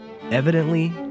Evidently